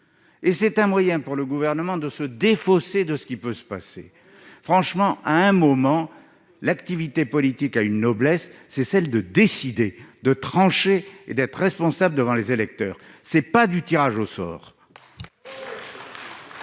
et c'est un moyen pour le gouvernement de se défausser de ce qui peut se passer, franchement, à un moment l'activité politique à une noblesse, c'est celle de décider de trancher et d'être responsables devant les électeurs, c'est pas du tirage au sort.